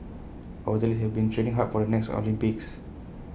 our athletes have been training hard for the next Olympics